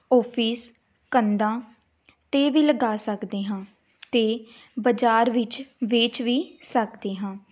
office ਕੰਧਾਂ 'ਤੇ ਵੀ ਲਗਾ ਸਕਦੇ ਹਾਂ ਅਤੇ ਬਾਜ਼ਾਰ ਵਿੱਚ ਵੇਚ ਵੀ ਸਕਦੇ ਹਾਂ